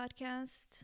Podcast